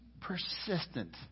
persistent